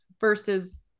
versus